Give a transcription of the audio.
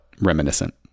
reminiscent